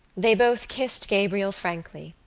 they both kissed gabriel frankly.